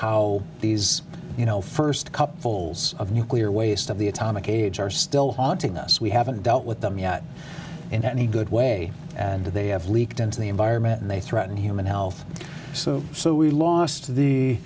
how these you know first cup holes of nuclear waste of the atomic age are still haunting us we haven't dealt with them yet in any good way and they have leaked into the environment and they threaten human health so we lost the